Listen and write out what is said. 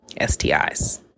STIs